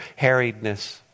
harriedness